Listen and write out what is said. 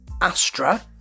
Astra